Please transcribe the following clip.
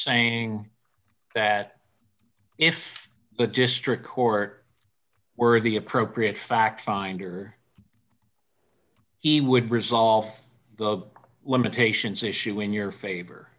saying that if the district court were the appropriate factfinder he would resolve the limitations issue in your favor